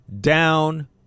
down